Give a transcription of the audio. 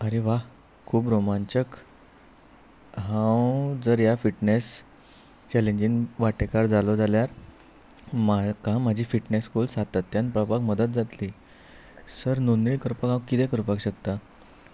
आरे वा खूब रोमांचक हांव जर ह्या फिटनेस चॅलेंजीन वांटेकार जालो जाल्यार म्हाका म्हाजी फिटनेस गोल सातत्यान पळपाक मदत जातली सर नोंदणी करपाक हांव कितें करपाक शकता